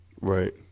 Right